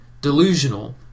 delusional